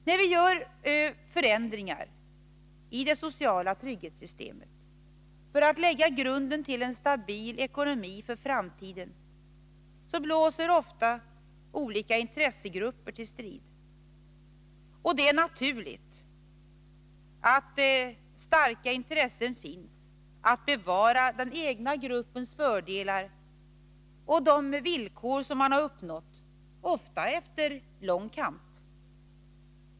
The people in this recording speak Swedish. När vi gör förändringar i vårt sociala trygghetssystem för att lägga grunden till en stabil ekonomi för framtiden blåser ofta olika intressegrupper till strid. Det är naturligt att det finns starka intressen att bevara den egna gruppens fördelar och de villkor som man har uppnått, ofta efter lång kamp.